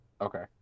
Okay